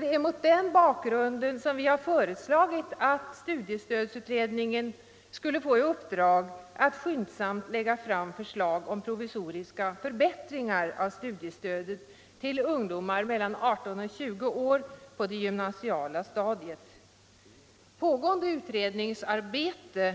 Det är mot den bakgrunden som vi har föreslagit att studiestödsutredningen skall få i uppdrag att skyndsamt lägga fram förslag om provisoriska förbättringar av studiestödet till ungdomar mellan 18 och 20 år på det gymnasiala stadiet. Pågående utredningsarbete